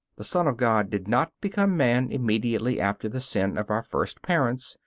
the son of god did not become man immediately after the sin of our first parents,